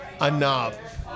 enough